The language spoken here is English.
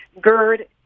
GERD